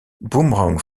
boomerang